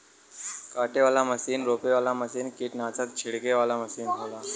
काटे वाला मसीन रोपे वाला मसीन कीट्नासक छिड़के वाला मसीन होला